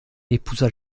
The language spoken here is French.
épousa